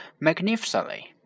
magnificently